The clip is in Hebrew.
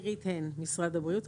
ממשרד הבריאות.